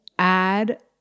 add